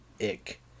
ick